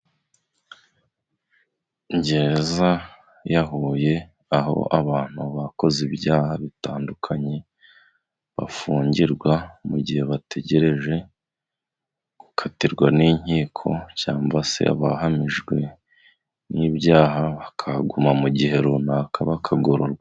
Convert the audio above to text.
Gereza ya Huye, aho abantu bakoze ibyaha bitandukanye bafungirwa, mu gihe bategereje gukatirwa n'inkiko cyangwa se abahamijwe n'ibyaha bakahaguma mu gihe runaka bakagororwa.